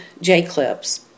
JClips